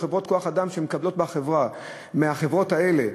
בחברות-כוח אדם שמקבלות מהחברות האלה.